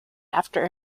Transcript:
after